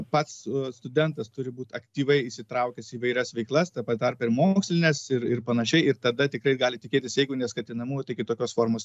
pats studentas turi būt aktyviai įsitraukęs į įvairias veiklas tame tarpe ir mokslines ir ir panašiai ir tada tikrai gali tikėtis jeigu ne skatinamųjų tai kitokios formos